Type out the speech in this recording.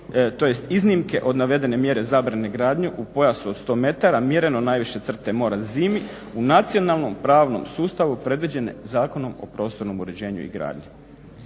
tj. iznimke od navedene mjere zabrane gradnje u pojasu od 100 metara mjereno najviše crte mora zimi, u nacionalnom pravnom sustavu predviđene Zakonom o prostornom uređenju i gradnji.